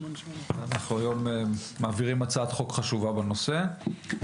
אנחנו היום מעבירים הצעת חוק חשובה בנושא.